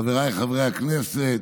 חבריי חברי הכנסת,